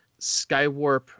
Skywarp